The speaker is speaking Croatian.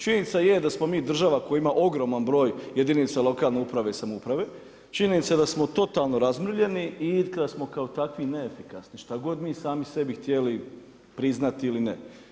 Činjenica je da smo mi država koja ima ogroman broj jedinica lokalne uprave i samouprave, činjenica je da smo totalno razmrvljeni i da smo kao takvi neefikasni, šta god mi sami sebi htjeli priznati ili ne.